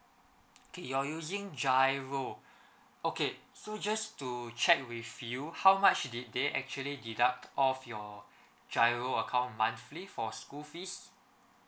okay you're using G_I_R_O okay so just to check with you how much did they actually deduct off your G_I_R_O account monthly for school fees